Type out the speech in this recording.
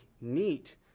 neat